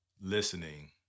Listening